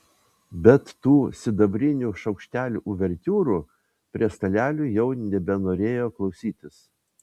bet tų sidabrinių šaukštelių uvertiūrų prie stalelių jau nebenorėjo klausytis